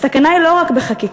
הסכנה היא לא רק בחקיקה,